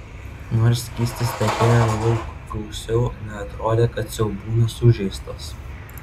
nors skystis tekėjo lauk gausiau neatrodė kad siaubūnas sužeistas